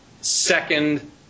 second